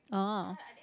orh